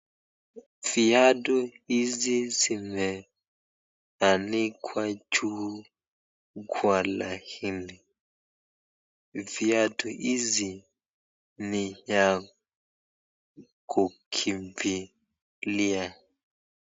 Viatu hizi zimeanikwa juu kwa laini. Viatu hizi ni ya kukimbilia.